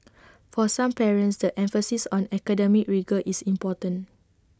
for some parents the emphasis on academic rigour is important